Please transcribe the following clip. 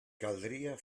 caldria